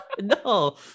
No